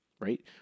right